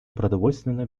продовольственная